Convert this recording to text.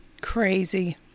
Crazy